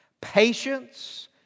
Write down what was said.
patience